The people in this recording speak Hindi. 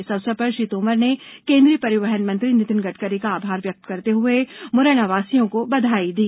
इस अवसर पर श्री तोमर ने केन्द्रीय परिवहन मंत्री नितिन गडकरी का आभार व्यक्त करते हुये मुरैना वासियों को बधाई दी